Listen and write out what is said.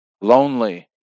lonely